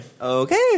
Okay